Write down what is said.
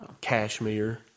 Cashmere